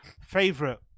favorite